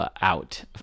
out